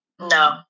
No